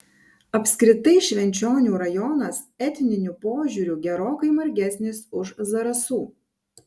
apskritai švenčionių rajonas etniniu požiūriu gerokai margesnis už zarasų